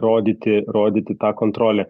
rodyti rodyti tą kontrolę